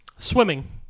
Swimming